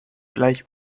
gleich